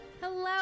Hello